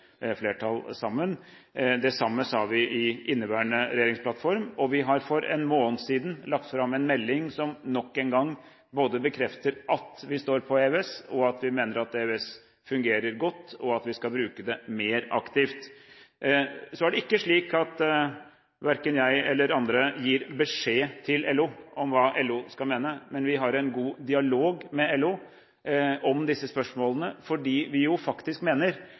sammen. Det samme sa vi i inneværende regjeringsplattform. Og vi la for en måned siden fram en melding som nok engang bekrefter at vi både står på EØS, at vi mener at EØS fungerer godt, og at vi skal bruke det mer aktivt. Så er det slik at verken jeg eller andre gir «beskjed» til LO om hva LO skal mene. Men vi har en god dialog med LO om disse spørsmålene, for vi mener